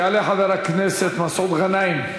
יעלה חבר הכנסת מסעוד גנאים.